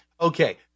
Okay